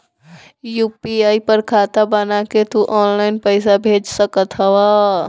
UPI पर खाता बना के तू ऑनलाइन पईसा भेज सकत हवअ